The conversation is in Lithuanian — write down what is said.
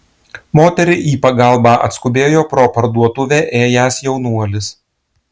moteriai į pagalbą atskubėjo pro parduotuvę ėjęs jaunuolis